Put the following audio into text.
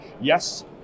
Yes